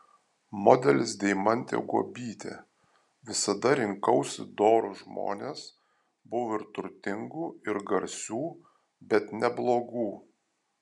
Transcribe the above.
modelis deimantė guobytė visada rinkausi dorus žmones buvo ir turtingų ir garsių bet ne blogų